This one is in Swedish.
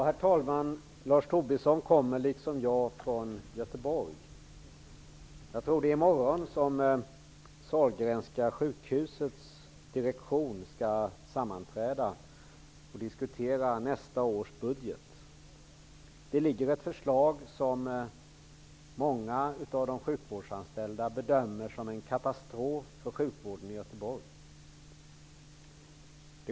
Herr talman! Lars Tobisson kommer liksom jag ifrån Göteborg. Jag tror att det är i morgon som Sahlgrenska sjukhusets direktion skall sammanträda för att diskutera nästa års budget. Det ligger ett förslag som många av de sjukvårdsanställda bedömer som en katastrof för sjukvården i Göteborg.